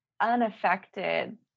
unaffected